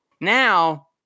Now